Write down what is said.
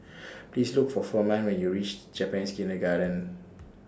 Please Look For Firman when YOU REACH Japanese Kindergarten